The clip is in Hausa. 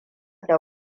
da